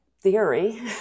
theory